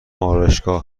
آرایشگاه